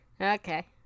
Okay